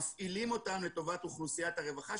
מפעילים אותם לטובת אוכלוסיית הרווחה,